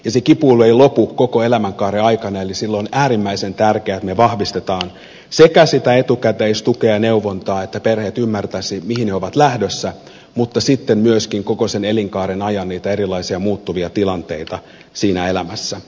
se kipuilu ei lopu koko elämänkaaren aikana eli silloin on äärimmäisen tärkeää että me vahvistamme sekä sitä etukäteistukea ja neuvontaa niin että perheet ymmärtäisivät mihin ne ovat lähdössä että sitten myöskin koko sen elinkaaren ajan niitä erilaisia muuttuvia tilanteita siinä elämässä